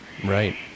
Right